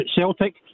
Celtic